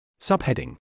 Subheading